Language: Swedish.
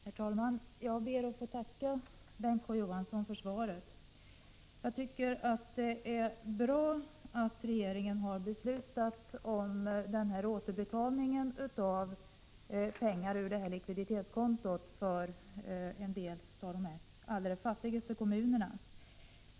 Herr talman! Jag ber att få tacka Bengt K. Å. Johansson för svaret. Jag tycker att det ör bra att regeringen har beslutat om denna återbetalning av pengar ur likviditetskontot för en del av de allra fattigaste kommunerna.